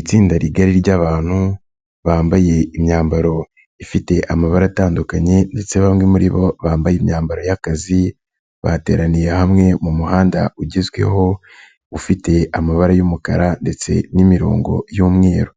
Itsinda rigari ry'abantu bambaye imyambaro ifite amabara atandukanye ndetse bamwe muri bo bambaye imyambaro y'akazi, bateraniye hamwe mu muhanda ugezweho ufite amabara y'umukara ndetse n'imirongo y'umweru,